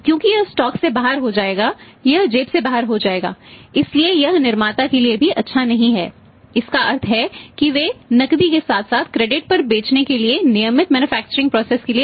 क्योंकि यह स्टॉक के लिए